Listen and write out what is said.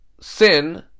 sin